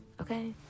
okay